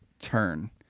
turn